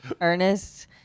Ernest